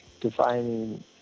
defining